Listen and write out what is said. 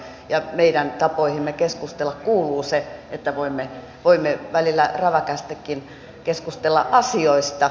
ja meidän tapoihimme keskustella kuuluu se että voimme välillä räväkästikin keskustella asioista